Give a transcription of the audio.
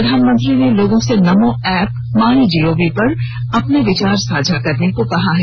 प्रधानमंत्री ने लोगों से नमो ऐप माइ गॉव पर अपने विचार साझा करने को कहा है